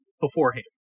beforehand